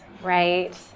right